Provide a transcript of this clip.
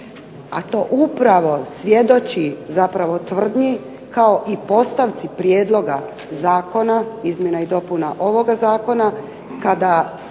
a to upravo svjedoči zapravo tvrdnji, kao i postavci prijedloga zakona, izmjena i dopuna ovoga zakona kada,